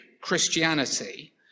Christianity